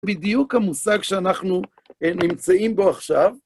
בדיוק המושג שאנחנו נמצאים בו עכשיו,